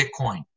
Bitcoin